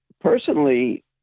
Personally